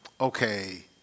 okay